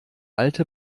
alte